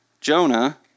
Jonah